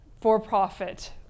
for-profit